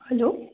hello